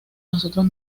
nosotros